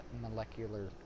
molecular